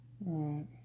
Right